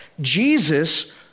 Jesus